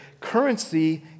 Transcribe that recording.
Currency